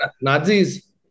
Nazis